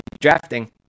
drafting